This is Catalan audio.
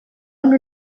una